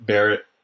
Barrett